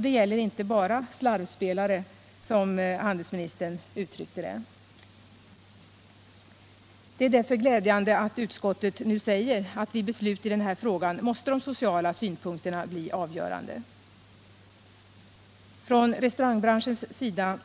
Det gäller inte bara ”slarvspelare”, som handelsministern uttrycker det. Det är därför glädjande att utskottet nu säger att vid beslut i den här frågan måste de sociala synpunkterna bli avgörande. Från restaurangbranschens sida